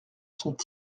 sont